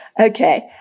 Okay